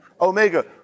Omega